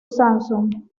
samsung